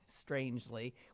strangely